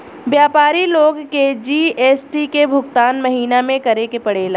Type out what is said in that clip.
व्यापारी लोग के जी.एस.टी के भुगतान महीना में करे के पड़ेला